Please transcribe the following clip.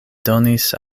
donis